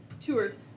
Tours